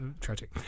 tragic